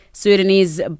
Sudanese